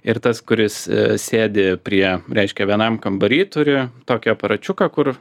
ir tas kuris sėdi prie reiškia vienam kambary turi tokį aparačiuką kur